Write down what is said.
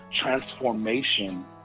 transformation